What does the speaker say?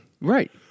right